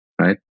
right